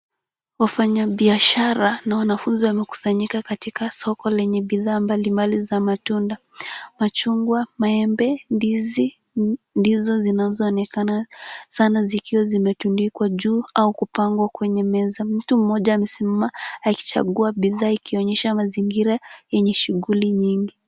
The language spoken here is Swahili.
Wanabiashara na wanafunzi wamekusanyika katika soko lenye bidhaa mbalimbali za matunda, machungwa, maembe , ndizi ndizo zinazoonekana zikiwa zimetundikwa juu au kupangwa kwenye meza. Mtu moja amesimama akichagua bidhaa ikionyesha mazingira yenye shughuli nyingi.